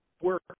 Work